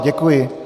Děkuji.